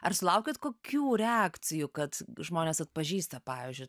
ar sulaukiat kokių reakcijų kad žmonės atpažįsta pavyzdžiui